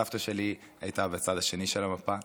סבתא שלי הייתה בצד השני של המפה.